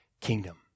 kingdom